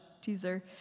teaser